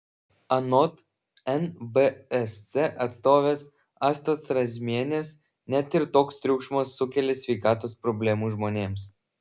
anot nvsc atstovės astos razmienės net ir toks triukšmas sukelia sveikatos problemų žmonėms